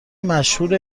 مشهور